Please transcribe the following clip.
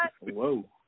Whoa